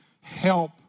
help